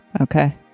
Okay